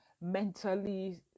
mentally